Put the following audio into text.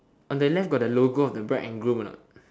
on the left got the logo of the bride and groom or not